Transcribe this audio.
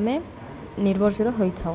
ଆମେ ନିର୍ଭରଶୀଳ ହୋଇଥାଉ